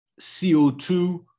CO2